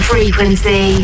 Frequency